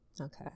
Okay